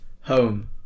Home